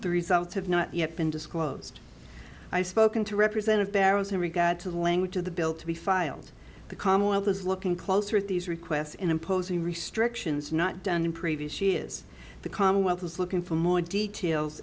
the results have not yet been disclosed i've spoken to represent of barrow's in regard to the language of the bill to be filed the commonwealth is looking closer at these requests in imposing restrictions not done in previous she is the commonwealth was looking for more details